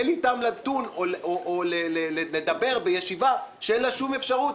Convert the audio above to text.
אין לי טעם לדון או לדבר בישיבה שאין לה שום אפשרות